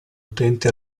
utenti